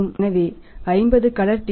எனவே 50 colour TV